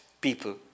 people